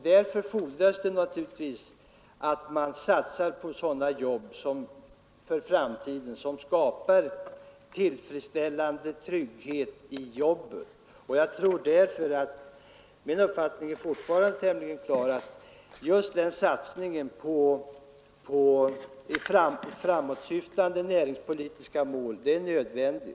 Därför fordras det att man för framtiden satsar på sådant som skapar tillfredsställande trygghet i jobbet. Min uppfattning är alltså fortfarande den att just satsningen på framåtsyftande näringspolitiska mål är nödvändig.